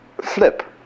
flip